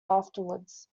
afterwards